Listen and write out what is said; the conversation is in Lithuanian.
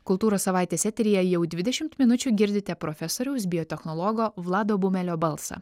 kultūros savaitės eteryje jau dvidešimt minučių girdite profesoriaus biotechnologo vlado bumelio balsą